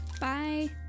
Bye